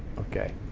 okay.